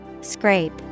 Scrape